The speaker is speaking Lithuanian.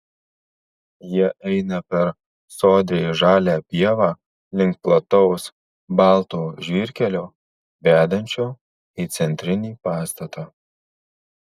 jie eina per sodriai žalią pievą link plataus balto žvyrkelio vedančio į centrinį pastatą